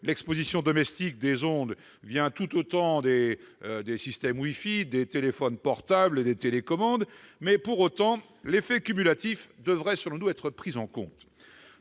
l'exposition domestique aux ondes vient tout autant des systèmes wifi, des téléphones portables et des télécommandes. Pour autant, l'effet cumulatif devrait, selon nous, être pris en compte.